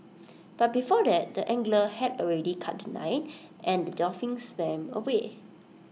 but before that the angler had already cut The Line and the dolphin swam away